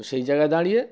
তো সেই জায়গায় দাঁড়িয়ে